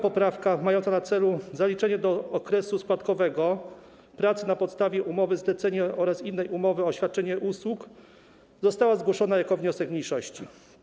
Poprawka 2. mająca na celu zaliczenie do okresu składkowego pracy na podstawie umowy-zlecenia oraz innej umowy o świadczenie usług została zgłoszona jako wniosek mniejszości.